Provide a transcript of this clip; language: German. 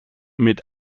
mit